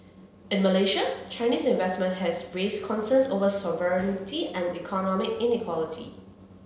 in Malaysia Chinese investment has raised concerns over sovereignty and economic inequality